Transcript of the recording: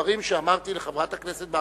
דברים שאמרתי לחברת הכנסת.